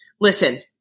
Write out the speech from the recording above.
listen